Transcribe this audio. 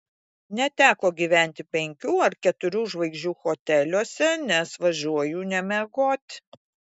neteko gyventi penkių ar keturių žvaigždžių hoteliuose nes važiuoju ne miegot